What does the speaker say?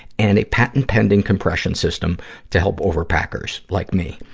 and a patent-pending compression system to help over packers like me.